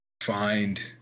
find